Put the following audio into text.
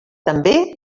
també